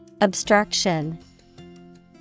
Obstruction